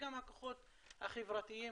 וגם הכוחות החברתיים,